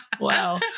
Wow